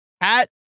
hat